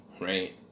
Right